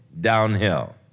downhill